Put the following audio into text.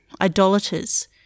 idolaters